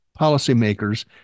policymakers